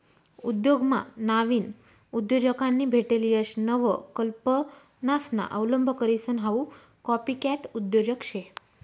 उद्योगमा नाविन उद्योजकांनी भेटेल यश नवकल्पनासना अवलंब करीसन हाऊ कॉपीकॅट उद्योजक शे